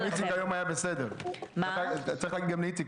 אחת צריך להגיד גם מילה טובה לאיציק,